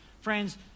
Friends